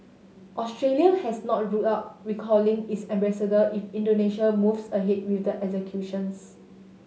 Australia has not ruled out recalling its ambassador if Indonesia moves ahead with the executions